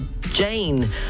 Jane